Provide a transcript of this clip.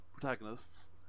protagonists